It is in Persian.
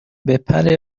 بپره